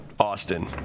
Austin